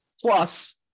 Plus